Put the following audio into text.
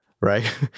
right